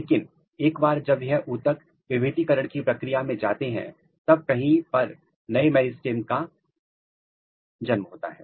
लेकिन एक बार जब यह उत्तक विभेदीकरण की प्रक्रिया में जाते हैं तब कहीं यहां पर नए मेरिस्टेम का जन्म होता है